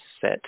set